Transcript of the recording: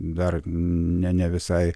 dar ne ne visai